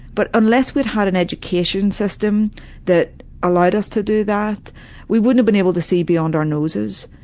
but unless we'd had an education system that allowed us to do that we wouldn't've been able to see beyond our noses,